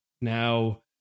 now